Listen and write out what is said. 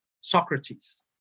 Socrates